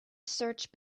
search